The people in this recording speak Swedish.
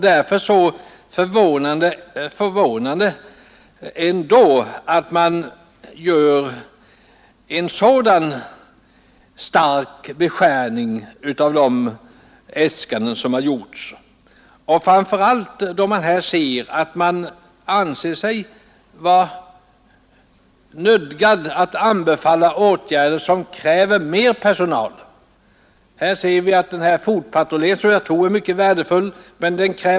Därför förvånar det ändå att man gör en så stark beskärning av äskandena, framför allt när man anser sig nödgad att anbefalla åtgärder som kräver mer personal, t.ex. fotpatrulleringen, som jag tror är mycket värdefull.